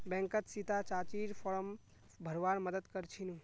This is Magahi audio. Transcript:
बैंकत सीता चाचीर फॉर्म भरवार मदद कर छिनु